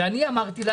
זה אני אמרתי לו